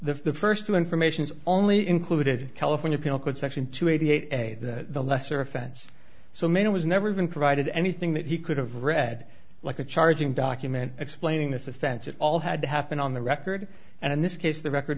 the first two informations only included california penal code section two eighty eight a that the lesser offense so made it was never even provided anything that he could have read like a charging document explaining this offense it all had to happen on the record and in this case the record